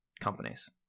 companies